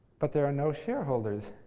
but there are no shareholders.